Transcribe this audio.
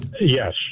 Yes